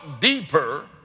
deeper